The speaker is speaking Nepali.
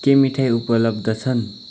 के मिठाई उपलब्ध छन्